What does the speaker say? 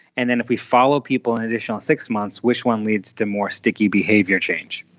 and then if we follow people an additional six months, which one leads to more sticky behaviour change.